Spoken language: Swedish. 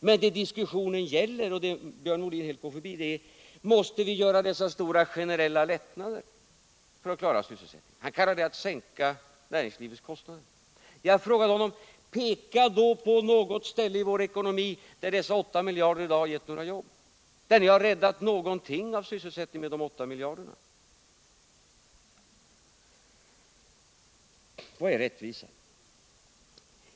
Men det diskussionen gäller, och det Björn Molin helt går förbi, är om vi måste åstadkomma dessa stora generella lättnader för att klara sysselsättningen. Björn Molin kallar det för att sänka näringslivets kostnader. Peka då på något ställe där dessa åtta miljarder i dag har givit några jobb, där ni har räddat någon del av sysselsättningen! Vad är rättvisa?